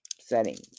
settings